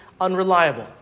unreliable